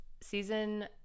season